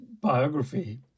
biography